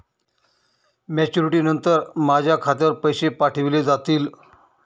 Maturity नंतर माझ्या खात्यावर पैसे पाठविले जातील?